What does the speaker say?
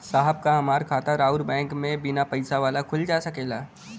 साहब का हमार खाता राऊर बैंक में बीना पैसा वाला खुल जा सकेला?